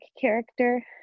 character